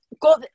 go